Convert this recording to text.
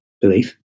belief